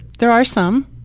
there are some.